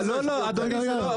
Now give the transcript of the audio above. לא, לא, אדוני, זה לא.